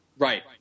Right